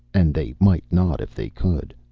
and they might not, if they could.